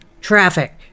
traffic